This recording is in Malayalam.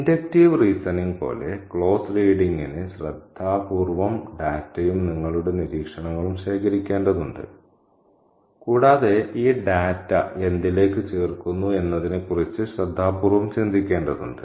ഇൻഡക്റ്റീവ് റീസണിംഗ് പോലെ ക്ലോസ് റീഡിംഗിന് ശ്രദ്ധാപൂർവ്വം ഡാറ്റയും നിങ്ങളുടെ നിരീക്ഷണങ്ങളും ശേഖരിക്കേണ്ടതുണ്ട് കൂടാതെ ഈ ഡാറ്റ എന്തിലേക്ക് ചേർക്കുന്നു എന്നതിനെക്കുറിച്ച് ശ്രദ്ധാപൂർവ്വം ചിന്തിക്കേണ്ടതുണ്ട്